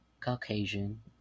Caucasian